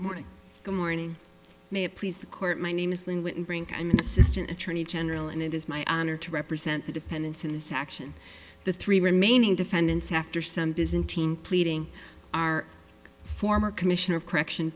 morning the morning may it please the court my name is lynn when brink i'm an assistant attorney general and it is my honor to represent the defendants in this action the three remaining defendants after some byzantine pleading our former commissioner of correction